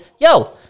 yo